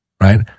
right